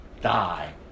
die